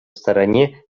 стороне